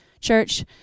Church